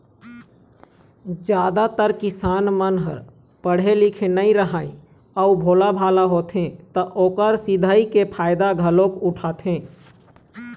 जादातर किसान मन ह पड़हे लिखे नइ राहय अउ भोलाभाला होथे त ओखर सिधई के फायदा घलोक उठाथें